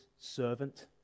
servant